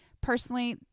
Personally